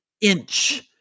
inch